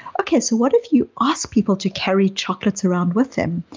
okay, so what if you ask people to carry chocolates around with them?